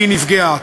והיא נפגעת.